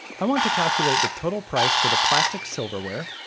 i want to calculate the total price for the plastic silverware,